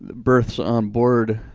births onboard,